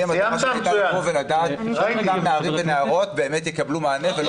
אני מבקש לדעת האם אותם נערים ונערות באמת יקבלו מענה.